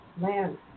land